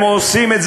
הם לא חסיני ביקורת.